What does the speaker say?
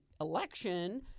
election